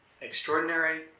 extraordinary